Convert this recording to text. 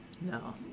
No